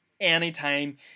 anytime